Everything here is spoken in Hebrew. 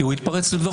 כי הוא התפרץ לדבריך.